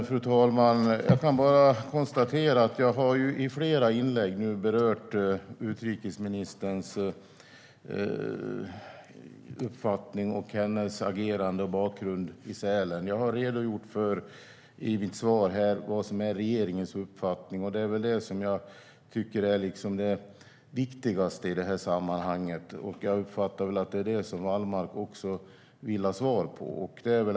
Fru talman! Jag kan bara konstatera att jag i flera inlägg nu har berört utrikesministerns uppfattning och agerande i Sälen. Jag har redogjort för vad som är regeringens uppfattning. Det är väl det viktigaste i det här sammanhanget. Jag uppfattar att det också är detta som Wallmark vill ha svar om.